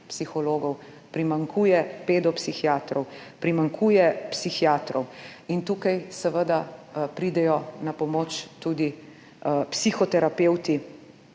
psihologov, primanjkuje pedopsihiatrov, primanjkuje psihiatrov in tukaj seveda pridejo na pomoč tudi psihoterapevti,